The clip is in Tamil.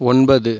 ஒன்பது